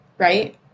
right